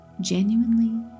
genuinely